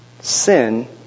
sin